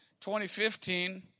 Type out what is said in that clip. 2015